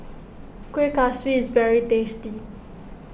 Kuih Kaswi is very tasty